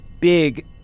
big